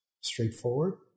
straightforward